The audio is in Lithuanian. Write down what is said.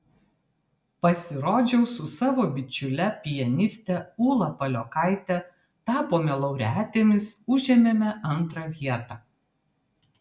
pasirodžiau su savo bičiule pianiste ūla paliokaite tapome laureatėmis užėmėme antrą vietą